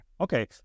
Okay